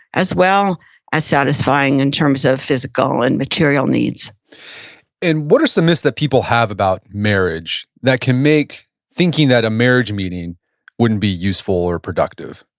as well as satisfying in terms of physical and material needs and what are some myths that people have about marriage that can make thinking that a marriage meeting wouldn't be useful or productive?